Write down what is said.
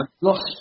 lost